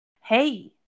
Hey